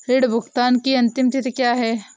ऋण भुगतान की अंतिम तिथि क्या है?